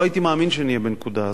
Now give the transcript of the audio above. לא הייתי מאמין שנהיה בנקודה הזאת.